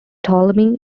ptolemy